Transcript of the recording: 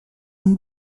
amb